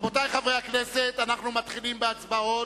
רבותי חברי הכנסת, אנחנו מתחילים בהצבעות.